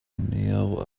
neal